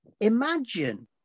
imagine